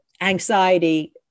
anxiety